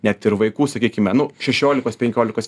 net ir vaikų sakykime nu šešiolikos penkiolikos